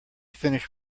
finished